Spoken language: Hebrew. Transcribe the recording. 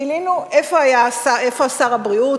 גילינו איפה שר הבריאות,